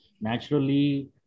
Naturally